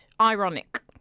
Ironic